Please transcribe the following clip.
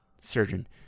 surgeon